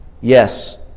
Yes